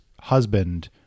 husband